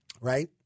Right